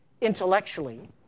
intellectually